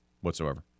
whatsoever